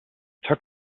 took